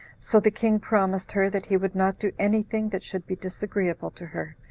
so the king promised her that he would not do any thing that should be disagreeable to her,